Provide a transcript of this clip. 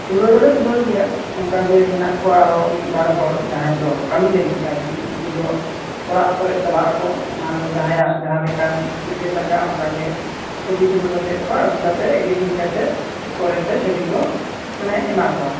ᱛᱩᱞᱟ ᱣ ᱫᱚᱞᱮ ᱛᱩᱞᱟ ᱣ ᱜᱮᱭᱟ ᱚᱱᱠᱟᱜᱮ ᱢᱮᱱᱟᱜ ᱠᱚᱣᱟ ᱟᱨᱦᱚᱸ ᱢᱤᱫ ᱵᱟᱨ ᱦᱚᱲ ᱡᱟᱦᱟᱸᱭ ᱫᱚ ᱠᱟ ᱢᱤ ᱞᱟ ᱜᱤᱫ ᱟᱨ ᱠᱤ ᱩᱱᱠᱩ ᱫᱚ ᱚᱲᱟᱜ ᱠᱚᱨᱮ ᱪᱟᱞᱟᱜ ᱟᱠᱚ ᱚᱱᱟ ᱫᱚ ᱡᱟᱦᱟᱸᱭᱟᱜ ᱡᱟᱦᱟᱸᱞᱮᱠᱟᱱ ᱪᱤᱛᱟ ᱨ ᱞᱟᱜᱟ ᱟ ᱚᱱᱠᱟᱜᱮ ᱪᱷᱩᱵᱤ ᱛᱩᱞᱟ ᱣ ᱠᱟᱛᱮᱫ ᱠᱚ ᱟᱜᱩᱠᱟᱛᱮ ᱮᱰᱤᱴᱤᱝ ᱠᱟᱛᱮ ᱯᱚᱨᱮ ᱛᱮ ᱪᱷᱚᱵᱤᱠᱚ ᱢᱟᱱᱮ ᱮᱢᱟᱠᱚᱣᱟ